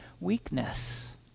weakness